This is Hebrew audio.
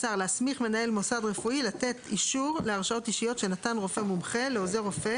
קלה לרשום את ההרשאות, גם אם עוזר הרופא